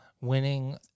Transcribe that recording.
winning